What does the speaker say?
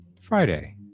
Friday